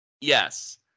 Yes